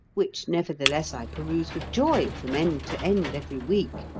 which nevertheless i peruse with joy from end to end every week,